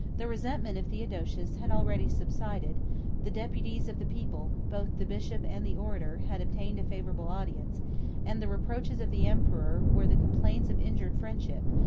the resentment of theodosius had already subsided the deputies of the people, both the bishop and the orator, had obtained a favorable audience and the reproaches of the emperor were the complaints of injured friendship,